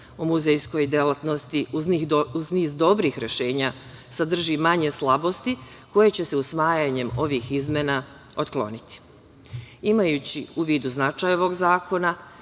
o muzejskoj delatnosti, uz niz dobrih rešenja, sadrži i manje slabosti koje će se usvajanjem ovih izmena otkloniti. Imajući u vidu značaj ovog zakona